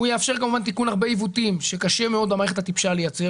הוא יאפשר כמובן תיקון של הרבה עיוותים שקשה מאוד למערכת הטיפשה לפתור,